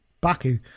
Baku